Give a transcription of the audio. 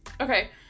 Okay